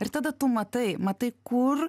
ir tada tu matai matai kur